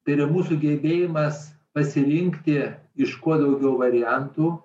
tai yra mūsų gebėjimas pasirinkti iš kuo daugiau variantų